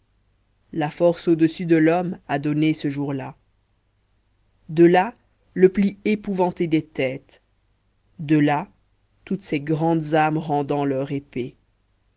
la force au-dessus de l'homme a donné ce jour-là de là le pli épouvanté des têtes de là toutes ces grandes âmes rendant leur épée